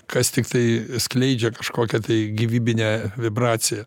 kas tiktai skleidžia kažkokią tai gyvybinę vibraciją